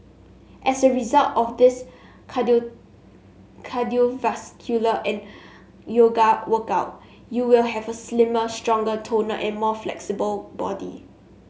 as a result of this cardiovascular and yoga workout you will have a slimmer stronger toner and more flexible body